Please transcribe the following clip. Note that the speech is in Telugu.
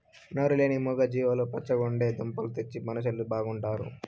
నోరు లేని మూగ జీవాలు పచ్చగుంటే దుంపలు తెచ్చే మనుషులు బాగుంటారు